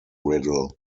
riddle